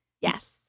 yes